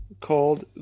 called